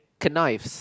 knives if